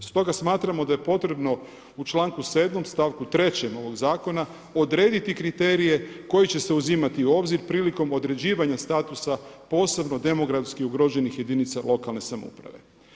Stoga smatramo da je potrebno u članku 7. stavku 3. ovog zakona odrediti kriterije koji će uzimati u obzir prilikom određivanja statusa posebno demografski ugroženih jedinica lokalne samouprave.